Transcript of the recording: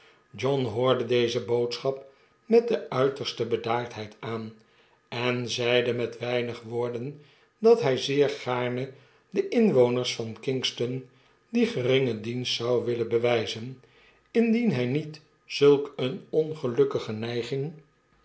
john hoorde deze boodschap met de uiterste bedaardheid aan en zeide met weinig woorden dat hij zeer gaarne den inwoners van k i n g ston die geringe dienst zou willen bewijzen indien hij niet zulk een ongelukkige neiging